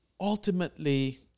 ultimately